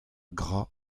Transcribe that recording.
gra